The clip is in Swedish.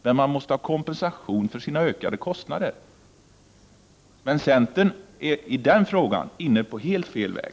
De måste ha kompensation för sina ökade, kostnader. Men centern är i den frågan inne på helt fel väg.